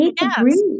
yes